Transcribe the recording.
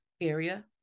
area